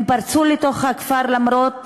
הם פרצו לתוך הכפר למרות